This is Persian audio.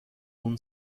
اون